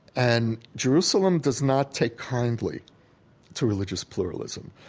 and jerusalem does not take kindly to religious pluralism.